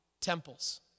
temples